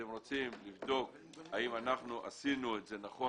אתם רוצים לבדוק האם עשינו את זה נכון